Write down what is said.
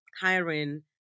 hiring